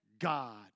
God